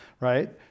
right